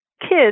kids